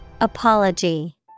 Apology